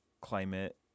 climate